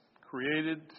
created